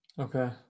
Okay